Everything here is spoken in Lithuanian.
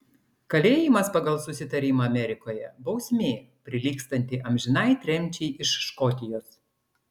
kalėjimas pagal susitarimą amerikoje bausmė prilygstanti amžinai tremčiai iš škotijos